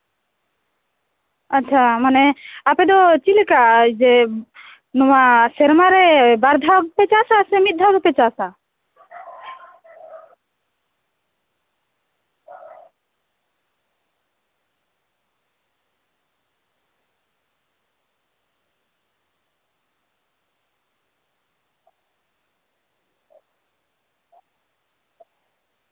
ᱟᱪᱪᱷᱟ ᱢᱟᱱᱮ ᱟᱯᱮ ᱫᱚ ᱪᱮᱫ ᱞᱮᱠᱟ ᱡᱮ ᱱᱚᱣᱟ ᱥᱮᱨᱢᱟᱨᱮ ᱵᱟᱨ ᱫᱷᱟᱣ ᱜᱮᱯᱮ ᱪᱟᱥᱟ ᱥᱮ ᱢᱤᱫ ᱫᱷᱟᱣ ᱜᱮᱯᱮ ᱪᱟᱥᱟ